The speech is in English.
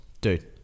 dude